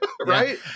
right